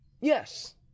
yes